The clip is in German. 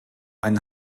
einen